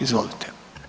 Izvolite.